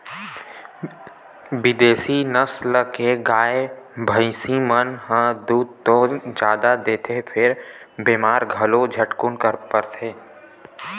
बिदेसी नसल के गाय, भइसी मन ह दूद तो जादा देथे फेर बेमार घलो झटकुन परथे